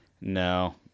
no